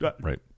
Right